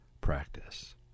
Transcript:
practice